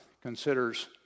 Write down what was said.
considers